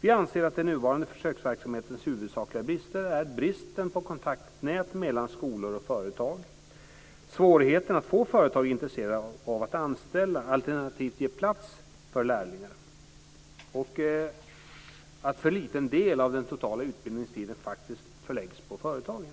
Vi anser att den nuvarande försöksverksamhetens huvudsakliga brister är bristen på kontaktnät mellan skolor och företag, svårigheten att få företag intresserade av att anställa alternativt ge plats för lärlingar och att för liten del av den totala utbildningstiden förläggs på företagen.